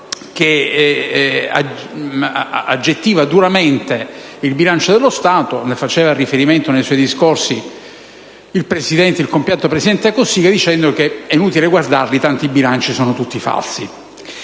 si aggettiva duramente il bilancio dello Stato ed al quale faceva riferimento nei suoi discorsi il compianto presidente Cossiga, dicendo che è inutile guardare i bilanci, tanto sono tutti falsi.